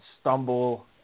stumble